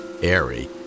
airy